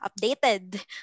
updated